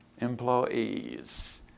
employees